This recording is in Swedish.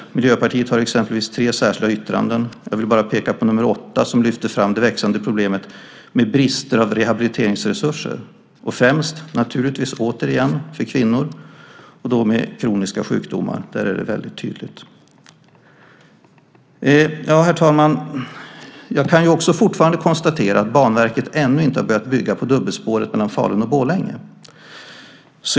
Miljöpartiet har exempelvis tre särskilda yttranden. Jag vill bara peka på nr 8, som lyfter fram det växande problemet med brister på rehabiliteringsresurser. Främst gäller det naturligtvis återigen för kvinnor, och då med kroniska sjukdomar. Där är det väldigt tydligt. Herr talman! Jag kan också fortfarande konstatera att Banverket ännu inte har börjat bygga på dubbelspåret mellan Falun och Borlänge.